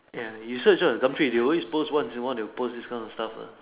ya you search ah Gumtree they always post once in a while they will post this kind of stuff lah